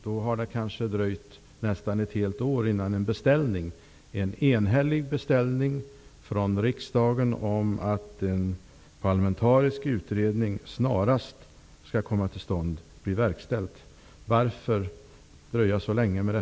Då har det dröjt nästan ett helt år innan en enhällig beställning från riksdagen, om att en parlamentarisk utredning snarast skall komma till stånd, blir verkställd. Varför dröja så länge?